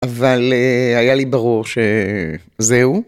אבל היה לי ברור שזהו.